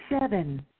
seven